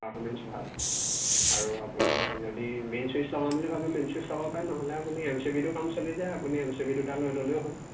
performance ভাল আৰু আপুনি যদি মেইন ছুইটচ লগাম বুলি ভাবে মেইন ছুইচ লগাব পাৰে নহ'লে আপুনি এম চি বিটো কাম চলি যায় আপুনি এম চি বি দুটা লৈ ল'লেও হ'ল